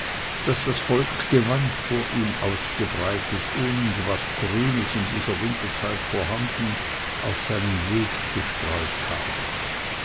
daß das volk gewand vor ihm ausgebreitet und was grünes in dieser winterzeit vorhanden auf seinen weg gestreut habe